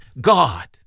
God